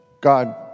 God